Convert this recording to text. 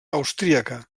austríaca